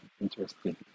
interesting